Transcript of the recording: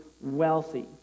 wealthy